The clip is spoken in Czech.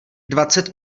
dvacet